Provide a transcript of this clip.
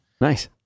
Nice